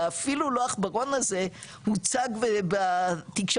ואפילו לא עכברון הזה הוצג בתקשורת,